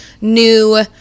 new